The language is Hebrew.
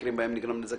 במקרים בהם נגרם נזק